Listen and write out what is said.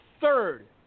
third